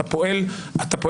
אתה פועל בצורה,